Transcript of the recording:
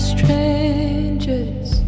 Strangers